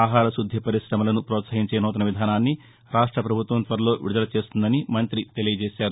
ఆహార శుద్ది పరికమలను ప్రోత్సహించే నూతన విధానాన్ని రాష్ట పభుత్వం త్వరలో విడుదల చేస్తుందని మంతి తెలియజేశారు